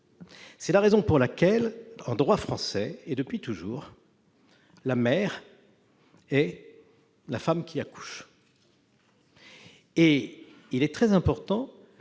C'est la raison pour laquelle, en droit français et depuis toujours, la mère est la femme qui accouche. Il est très important